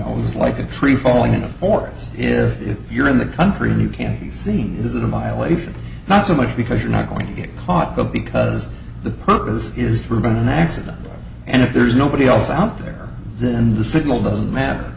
i was like a tree falling in a forest if you're in the country and you can't be seen this is a violation not so much because you're not going to get caught but because the purpose is for been an accident and if there's nobody else out there then the signal doesn't matter